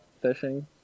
Fishing